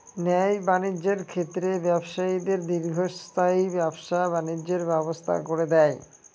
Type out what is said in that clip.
ন্যায় বাণিজ্যের ক্ষেত্রে ব্যবসায়ীদের দীর্ঘস্থায়ী ব্যবসা বাণিজ্যের ব্যবস্থা করে দেয়